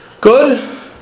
Good